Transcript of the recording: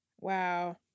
Wow